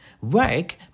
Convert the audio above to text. work